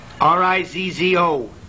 r-i-z-z-o